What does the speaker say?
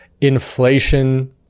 Inflation